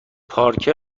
پارکه